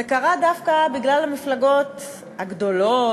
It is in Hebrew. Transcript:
זה קרה דווקא בגלל המפלגות הגדולות,